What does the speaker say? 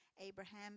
Abraham